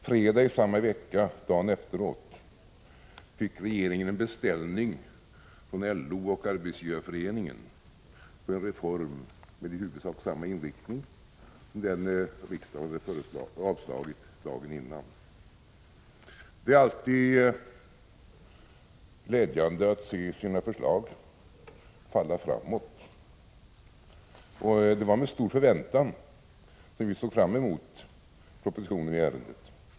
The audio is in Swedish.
Fredagen i samma vecka, dagen efteråt, fick regeringen en beställning från LO och Arbetsgivareföreningen på en reform med i huvudsak samma inriktning som den motion riksdagen hade avslagit dagen innan. Det är alltid glädjande att se sina förslag falla framåt, och det var med stor förväntan som vi såg fram emot propositionen i ärendet.